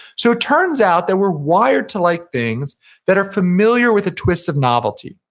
so turns out that we're wired to like things that are familiar with a twist of novelty.